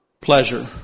pleasure